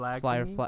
flyer